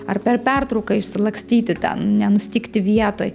ar per pertrauką išsilakstyti ten nenustygti vietoj